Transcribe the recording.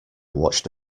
watched